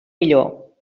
millor